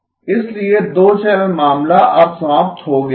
इसलिए दो चैनल मामला अब समाप्त हो गया है